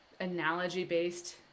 analogy-based